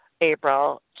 April